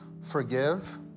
Forgive